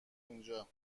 اونجا